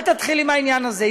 אל תתחיל עם העניין הזה,